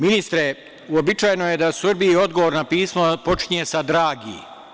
Ministre, uobičajeno je da u Srbiji odgovor na pismo počinje sa - dragi.